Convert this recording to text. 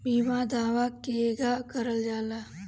बीमा दावा केगा करल जाला?